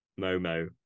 Momo